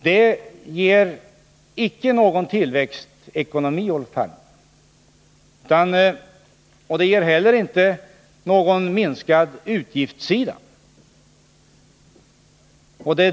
Det ger icke någon tillväxtekonomi, Olof Palme, och det ger heller inte någon minskning på utgiftssidan.